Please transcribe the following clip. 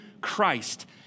Christ